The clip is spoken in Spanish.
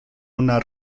una